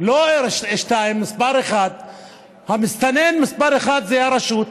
לא 2, מס' 1. המסתנן מספר אחת זה הרשות.